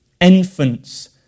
infants